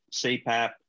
CPAP